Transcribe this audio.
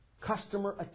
customer